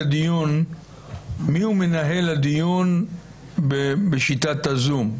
מיהו מנהל הדיון בשיטת הזום?